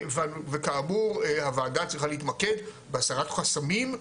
וכאמור הוועדה צריכה להתמקד בהסרת חסמים,